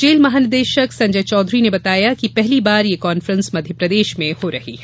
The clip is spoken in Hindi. जेल महानिदेशक संजय चौधरी ने बताया कि पहली बार यह कांफ्रेंस मध्यप्रदेश में हो रही है